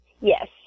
Yes